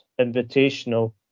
Invitational